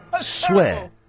swear